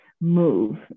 move